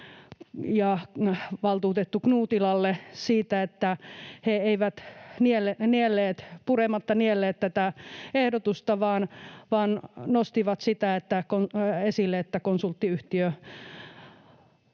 ja valtuutettu Knuuttilalle siitä, että he eivät purematta nielleet tätä ehdotusta vaan nostivat esille sitä, että oli